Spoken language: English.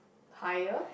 higher